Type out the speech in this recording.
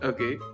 Okay